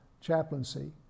chaplaincy